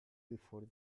before